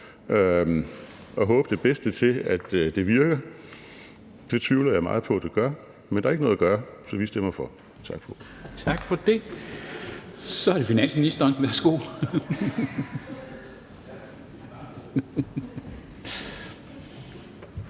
og håbe det bedste for, at det virker. Det tvivler jeg meget på det gør, men der er ikke noget at gøre, så vi stemmer for. Tak for ordet. Kl. 11:24 Formanden (Henrik